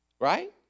Right